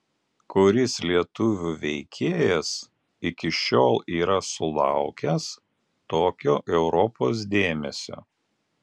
kuris lietuvių veikėjas iki šiol yra sulaukęs tokio europos dėmesio